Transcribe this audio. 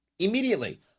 Immediately